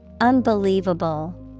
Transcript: Unbelievable